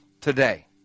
today